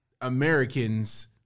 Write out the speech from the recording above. Americans